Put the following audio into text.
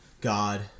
God